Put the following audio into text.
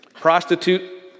Prostitute